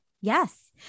Yes